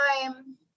time